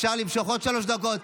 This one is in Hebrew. אפשר למשוך עוד שלוש דקות,